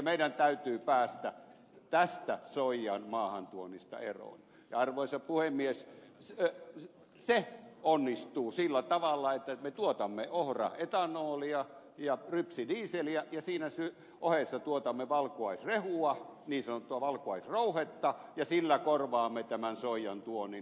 meidän täytyy päästä tästä soijan maahantuonnista eroon ja arvoisa puhemies se onnistuu sillä tavalla että me tuotamme ohraetanolia ja rypsidieseliä ja siinä ohessa tuotamme valkuaisrehua niin sanottua valkuaisrouhetta ja sillä korvaamme tämän soijan tuonnin